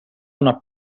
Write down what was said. una